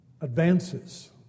advances